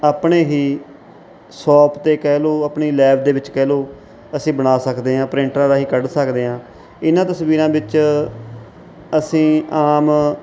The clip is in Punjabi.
ਆਪਣੇ ਹੀ ਸੋਪ 'ਤੇ ਕਹਿ ਲਓ ਆਪਣੀ ਲੈਬ ਦੇ ਵਿੱਚ ਕਹਿ ਲਓ ਅਸੀਂ ਬਣਾ ਸਕਦੇ ਹਾਂ ਪ੍ਰਿੰਟਰਾਂ ਰਾਹੀਂ ਕੱਢ ਸਕਦੇ ਹਾਂ ਇਨ੍ਹਾਂ ਤਸਵੀਰਾਂ ਵਿੱਚ ਅਸੀਂ ਆਮ